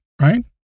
right